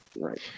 right